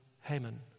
Haman